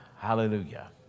Hallelujah